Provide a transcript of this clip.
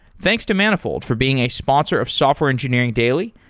thanks to manifold for being a sponsor of software engineering daily,